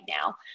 now